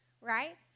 right